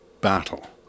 battle